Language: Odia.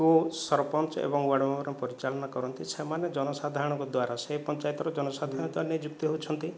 କୁ ସରପଞ୍ଚ ଏବଂ ୱାର୍ଡ଼ ମେମ୍ବର ପରିଚାଳନା କରନ୍ତି ସେମାନେ ଜଣସାଧରଣଙ୍କ ଦ୍ୱାରା ସେହି ପଞ୍ଚାୟତର ଜନସାଧାରଣ ନିଯୁକ୍ତି ହେଉଛନ୍ତି